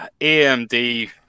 AMD